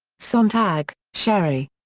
sontag, sherry.